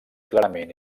clarament